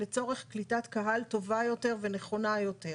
לצורך קליטת קהל טובה יותר ונכונה יותר.